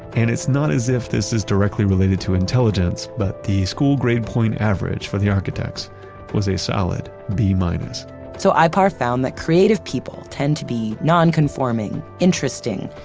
and it's not as if this is directly related to intelligence, but the school grade point average for the architects was a solid b-minus so ipar found that creative people tend to be nonconforming, interesting,